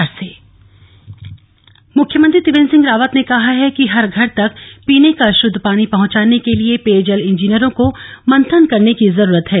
Indian water works association मुख्यमंत्री त्रिवेन्द्र सिंह रावत ने कहा है कि हर घर तक पीने का शुद्ध पानी पहुँचाने के लिए पेयजल इंजीनियरों को मंथन करने की जरूरत है